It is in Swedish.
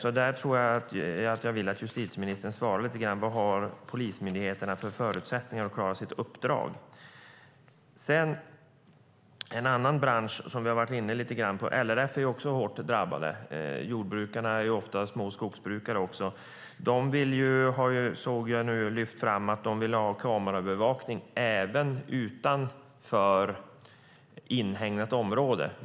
Jag tror alltså att jag vill att justitieministern svarar lite grann på frågan vad polismyndigheterna har för förutsättningar att klara sitt uppdrag. Vi har varit inne lite grann på en annan bransch. LRF är också hårt drabbade. Jordbrukarna är ofta även små skogsbrukare. De har nu lyft fram att de vill ha kamerabevakning även utanför inhägnat område.